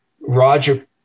Roger